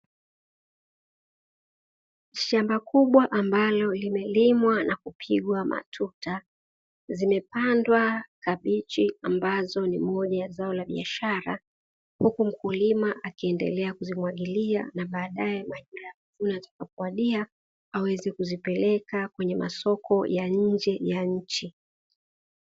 Shamba kubwa ambalo limelimwa na kupigwa matuta zimepandwa kabichi ambalo ni moja ya zao la biashara, huku mkulima kaiendelea kuzimwagilia baadae mda wa kuvuna utakapo wadia aweze kuzipeleka kwenye masoko ya nje ya nchi.